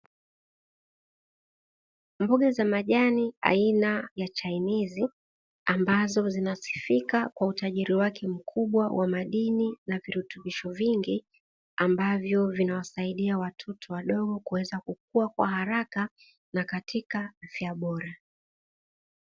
Mboga za majani aina ya chainizi ambazo zinasifika kwa utajiri wake mkubwa wa madini na virutubisho vingi ambavyo vinawasaidia watoto wadogo kuweza kukua kwa haraka na katika afya bora.